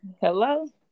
Hello